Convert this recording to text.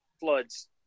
floods